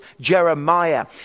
Jeremiah